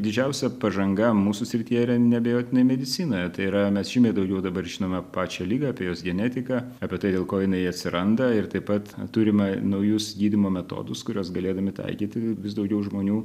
didžiausia pažanga mūsų srityje yra neabejotinai medicinoje tai yra mes žymiai daugiau dabar žinome pačią ligą apie jos genetiką apie tai dėl ko jinai atsiranda ir taip pat turime naujus gydymo metodus kuriuos galėtumėme taikyti vis daugiau žmonių